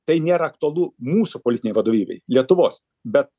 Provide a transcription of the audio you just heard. tai nėra aktualu mūsų politinei vadovybei lietuvos bet